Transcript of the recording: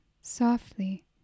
softly